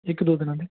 ਇੱਕ ਦੋ ਦਿਨਾਂ ਦੇ